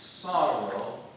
sorrow